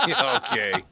Okay